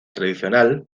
tradicional